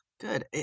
Good